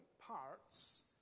parts